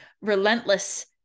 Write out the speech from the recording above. relentless